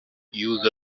use